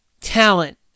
talent